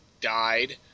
died